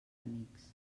amics